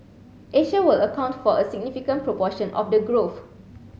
Asia will account for a significant proportion of the growth